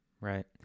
right